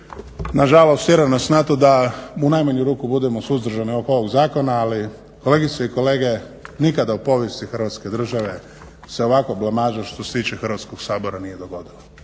na žalost tjera nas na to da u najmanju ruku budemo suzdržani oko ovog zakona. Ali kolegice i kolege, nikada u povijesti Hrvatske države se ovakva blamaža što se tiče Hrvatskog sabora nije dogodila.